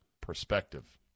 perspective